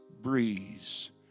breeze